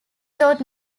taught